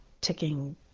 ticking